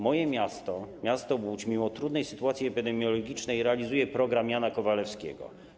Moje miasto, Łódź, mimo trudnej sytuacji epidemiologicznej realizuje program Jana Kowalewskiego.